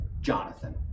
Jonathan